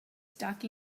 stuck